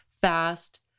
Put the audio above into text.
fast